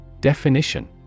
Definition